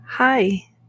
hi